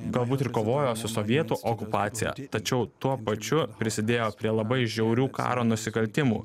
galbūt ir kovojo su sovietų okupacija tačiau tuo pačiu prisidėjo prie labai žiaurių karo nusikaltimų